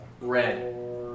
Red